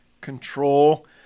control